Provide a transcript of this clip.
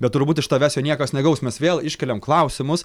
bet turbūt iš tavęs jo niekas negaus mes vėl iškeliam klausimus